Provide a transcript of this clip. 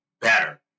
better